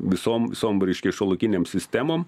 visom visom reiškia šiuolaikinėm sistemom